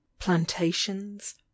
plantations